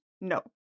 No